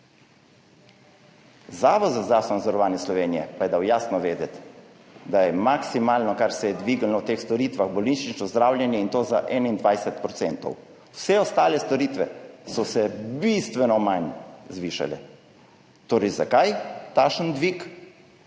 Zavod za zdravstveno zavarovanje Slovenije pa je dal jasno vedeti, da je maksimalno, kar se je dvignilo v teh storitvah, bolnišnično zdravljenje, in to za 21 %, vse ostale storitve so se bistveno manj zvišale. Zakaj torej takšen dvig?